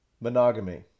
monogamy